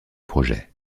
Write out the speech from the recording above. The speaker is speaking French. projet